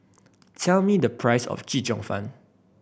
tell me the price of Chee Cheong Fun